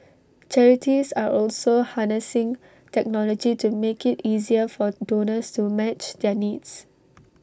charities are also harnessing technology to make IT easier for donors to match their needs